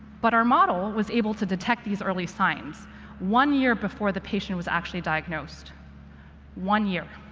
but our model was able to detect these early signs one year before the patient was actually diagnosed one year.